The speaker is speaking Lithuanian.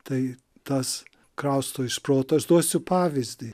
tai tas krausto iš proto aš duosiu pavyzdį